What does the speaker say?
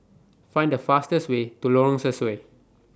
Find The fastest Way to Lorong Sesuai